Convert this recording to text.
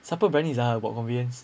siapa about conveyance